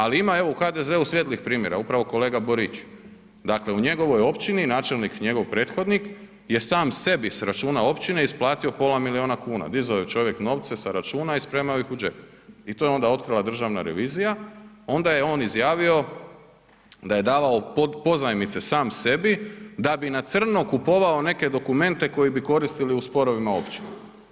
Ali ima evo u HDZ-u svijetlih primjera, upravo kolega Borić, dakle u njegovoj općini, načelnik, njegov prethodnik je sam sebi s računa općine isplatio pola milijuna kuna, dizao je čovjek novce sa računa i spremao ih u džep i to je onda otkrila državna revizija, onda je on izjavio da je davao pozajmice sam sebi da bi na crno kupovao neke dokumente koji bi koristili u sporovima općina.